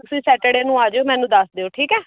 ਤੁਸੀਂ ਸੈਟਰਡੇ ਨੂੰ ਆ ਜਾਇਓ ਮੈਨੂੰ ਦੱਸ ਦਿਓ ਠੀਕ ਹੈ